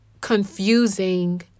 Confusing